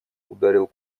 ударил